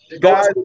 Guys